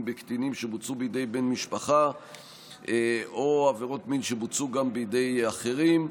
בקטינים שבוצעו בידי בן משפחה או עבירות מין שבוצעו בידי אחרים.